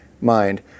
Mind